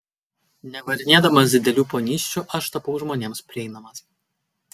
nevarinėdamas didelių ponysčių aš tapau žmonėms prieinamas